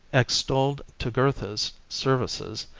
extolled jugurtha's services,